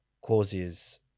causes